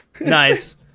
Nice